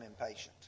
impatient